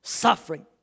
suffering